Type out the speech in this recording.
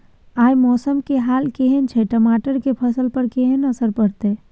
आय मौसम के हाल केहन छै टमाटर के फसल पर केहन असर परतै?